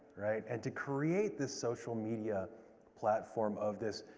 right? and to create this social media platform of this,